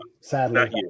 sadly